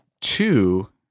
two